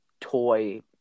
toy